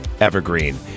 Evergreen